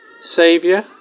Saviour